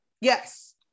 Yes